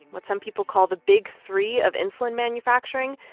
what some people call the big three of insulin manufacturing.